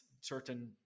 certain